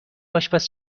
آشپز